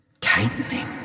Tightening